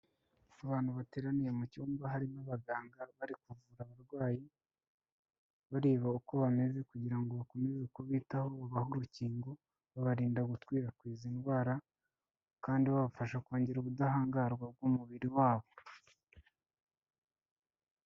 Abantu bateraniye mu cyumba hari abaganga bari kuvura abarwayi bareba uko bameze kugira ngo bakomeze kubitaho babahe urukingo, babarinda gukwirakwiza indwara kandi babafasha kongera ubudahangarwa bw'umubiri wabo.